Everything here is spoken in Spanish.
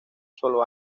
solo